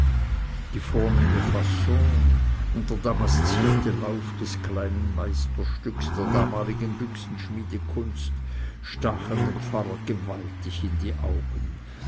die vornehme fasson und der damaszierte lauf des kleinen meisterstückes der damaligen büchsenschmiedekunst stachen dem pfarrer gewaltig in die augen